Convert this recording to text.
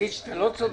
שנגיד שאתה לא צודק?